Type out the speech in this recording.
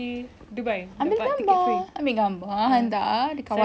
saya pergi um burj khalifa belikan awak